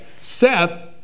Seth